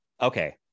okay